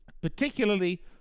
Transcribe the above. particularly